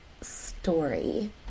story